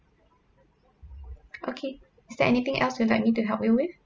okay is there anything else you'd like me to help you with